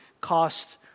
cost